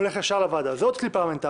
הוא הולך ישר לוועדה זה עוד כלי פרלמנטרי.